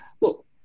look